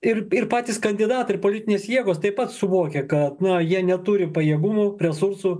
ir ir patys kandidatai ir politinės jėgos taip pat suvokia kad na jie neturi pajėgumų resursų